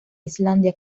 islandia